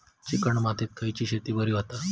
Chicken मातीत खयली शेती बरी होता?